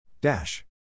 Dash